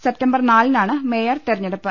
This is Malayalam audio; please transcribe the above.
സെപ്തംബർ നാലിനാണ് മേയർ തെരഞ്ഞെടുപ്പ്